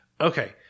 Okay